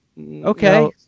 okay